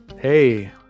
hey